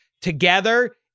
Together